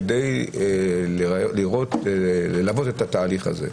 כדי ללוות את התהליך הזה.